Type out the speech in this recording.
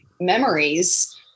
memories